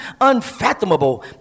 unfathomable